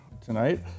tonight